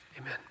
Amen